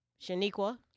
Shaniqua